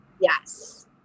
Yes